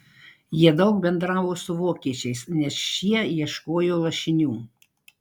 jie daug bendravo su vokiečiais nes šie ieškojo lašinių